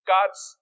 God's